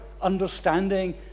understanding